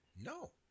No